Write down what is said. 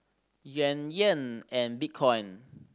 Yuan Yen and Bitcoin